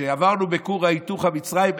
כשעברנו בכור ההיתוך במצרים,